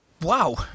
wow